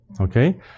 Okay